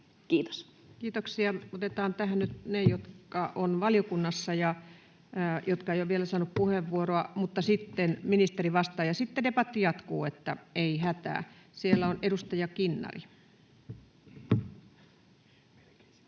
Kiitos. Kiitoksia. — Otetaan tähän nyt ne, jotka ovat valiokunnassa ja jotka eivät ole vielä saaneet puheenvuoroa, mutta sitten ministeri vastaa. Sitten debatti jatkuu, eli ei hätää. — Siellä on edustaja Kinnari.